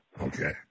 Okay